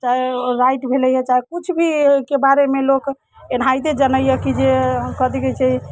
चाहे ओ राइट भेलैया किछु भी एहिके बारेमे लोक एनाहिते जनैया कि जे कथि कहै छै